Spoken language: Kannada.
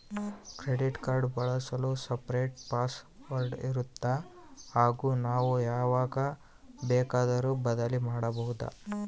ಕ್ರೆಡಿಟ್ ಕಾರ್ಡ್ ಬಳಸಲು ಸಪರೇಟ್ ಪಾಸ್ ವರ್ಡ್ ಇರುತ್ತಾ ಹಾಗೂ ನಾವು ಯಾವಾಗ ಬೇಕಾದರೂ ಬದಲಿ ಮಾಡಬಹುದಾ?